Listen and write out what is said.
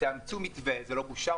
תאמצו מתווה, זה לא בושה.